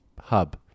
hub